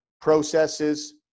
processes